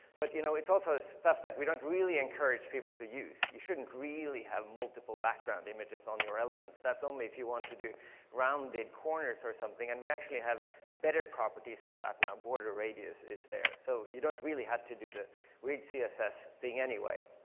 but you know it's also stuff that we don't really encourage people to use. you shouldn't really have multiple background images on your elements. that's only if you want to do rounded corners or something. and we actually have to better properties for that now. border radius is there. so you don't really have to do the weird css thing anyway.